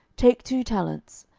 take two talents.